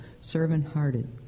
servant-hearted